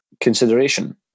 consideration